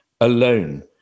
alone